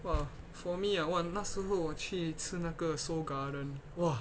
!wah! for me ah !wah! 那时候去吃那个 seoul garden !wah!